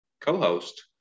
co-host